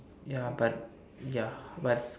ya but ya but